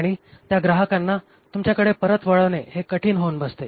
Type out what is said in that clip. आणि त्या ग्राहकांना तुमच्याकडे परत वाळवणे हे कठीण होऊन बसते